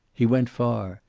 he went far.